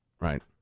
Right